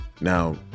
Now